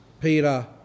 Peter